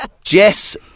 Jess